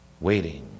waiting